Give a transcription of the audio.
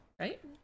right